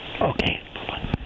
Okay